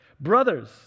Brothers